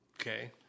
Okay